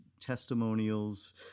testimonials